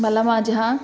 मला माझ्या